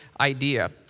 idea